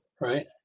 Right